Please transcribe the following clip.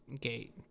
gate